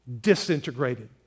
disintegrated